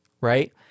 Right